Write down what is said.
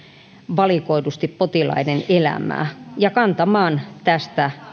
valikoidusti potilaiden elämää ja kantamaan tästä